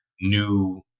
new